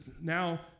now